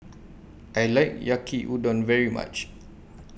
I like Yaki Udon very much